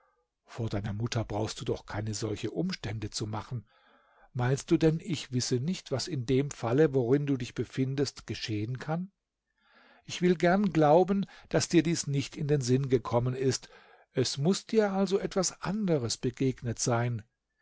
vor deiner mutter brauchst du doch keine solchen umstände zu machen meinst du denn ich wisse nicht was in dem falle worin du dich befindest geschehen kann ich will gern glauben daß dir dies nicht in den sinn gekommen ist es muß dir also etwas anderes begegnet sein